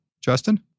Justin